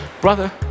brother